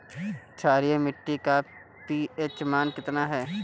क्षारीय मीट्टी का पी.एच मान कितना ह?